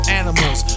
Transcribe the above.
animals